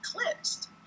eclipsed